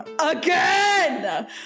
AGAIN